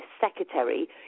secretary